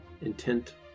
intent